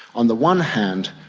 on the one hand,